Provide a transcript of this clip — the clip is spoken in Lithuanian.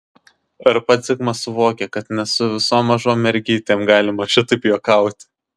ir pats zigmas suvokė kad ne su visom mažom mergytėm galima šitaip juokauti